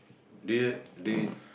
do you do you